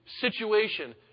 situation